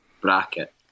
bracket